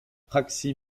praxi